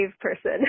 person